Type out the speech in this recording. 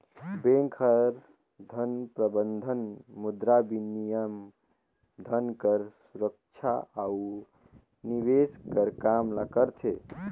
bank हर धन प्रबंधन, मुद्राबिनिमय, धन कर सुरक्छा अउ निवेस कर काम ल करथे